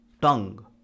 tongue